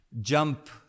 jump